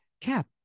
Cap